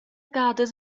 gadas